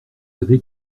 avez